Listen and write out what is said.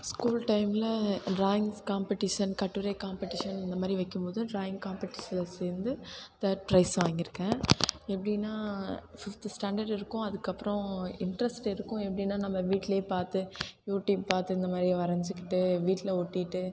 school டைமில் drawings competition கட்டுரை competition இந்தமாதிரி வைக்கும் போது ட்ராயிங் காம்பட்டீஷனில் சேர்ந்து தேர்ட் ப்ரைஸ் வாங்கியிருக்கேன் எப்படின்னா ஃபிஃப்த்து ஸ்டாண்டர்ட் இருக்கும் அதுக்கப்புறம் இன்ட்ரெஸ்ட் இருக்கும் எப்படின்னா நம்ம வீட்டிலையே பார்த்து யூடியூப் பார்த்து இந்தமாதிரி வரைஞ்சிக்கிட்டு வீட்டில் ஒட்டிகிட்டு